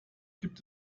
gibt